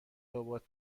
بابات